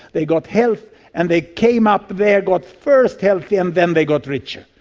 they got health and they came up there, got first healthy and then they got richer.